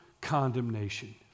condemnation